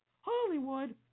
Hollywood